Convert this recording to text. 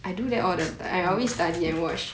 orh